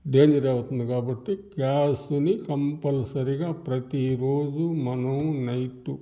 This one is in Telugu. డేంజర్ అవుతుంది కాబట్టి గ్యాసుని కంపల్సరిగా ప్రతీ రోజు మనం నైటు